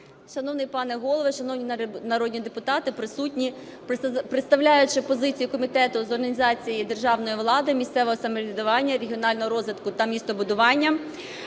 Шановний пане голово, шановні народні депутати, присутні! Представляючи позицію Комітету з організації державної влади, місцевого самоврядування, регіонального розвитку та містобудування,